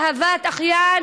שאהבת אחיין,